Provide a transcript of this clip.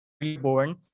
reborn